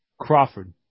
Crawford